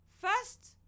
first